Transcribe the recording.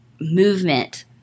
movement